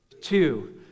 two